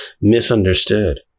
misunderstood